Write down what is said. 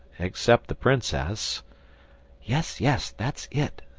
except the princess yes, yes, that's it,